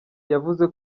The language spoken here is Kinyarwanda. yavuze